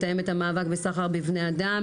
מתאמת המאבק בסחר בבני אדם,